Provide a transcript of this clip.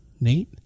Nate